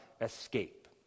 escape